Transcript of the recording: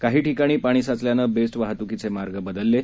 काही ठिकाणी पाणी साचल्यान बेस्ट वाहतुकीचे मार्ग बदलले आहेत